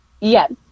Yes